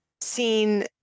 seen